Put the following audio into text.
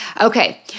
Okay